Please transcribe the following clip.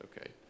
Okay